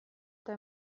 eta